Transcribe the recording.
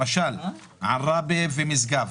אני מדבר על עראבה ומשגב.